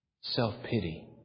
Self-pity